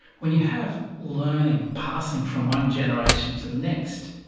when you have learning passing from one generation to the next,